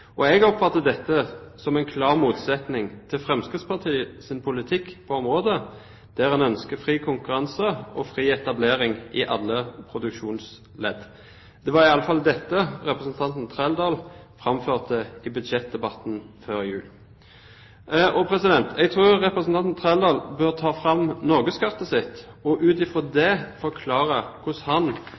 Jeg oppfatter dette som en klar motsetning til Fremskrittspartiets politikk på området, der de ønsker fri konkurranse og fri etablering i alle produksjonsledd. Det var iallfall det representanten Trældal framførte i budsjettdebatten før jul. Jeg tror representanten Trældal bør ta fram norgeskartet, og ut fra det forklare hvordan han